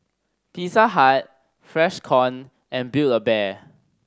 Pizza Hut Freshkon and Build A Bear